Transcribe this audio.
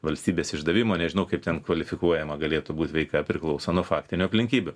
valstybės išdavimo nežinau kaip ten kvalifikuojama galėtų būt veika priklauso nuo faktinių aplinkybių